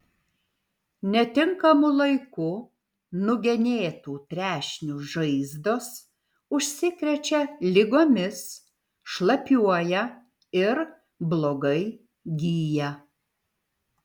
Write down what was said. netinkamu laiku nugenėtų trešnių žaizdos užsikrečia ligomis šlapiuoja ir blogai gyja